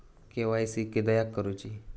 KYC किदयाक करूची?